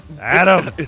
Adam